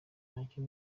nacyo